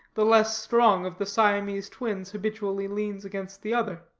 the less strong of the siamese twins habitually leans against the other.